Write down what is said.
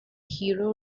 hero